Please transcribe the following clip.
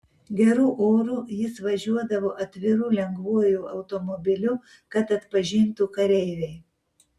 geru oru jis važiuodavo atviru lengvuoju automobiliu kad atpažintų kareiviai